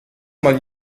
mal